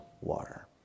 water